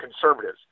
conservatives